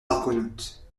argonautes